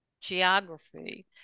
geography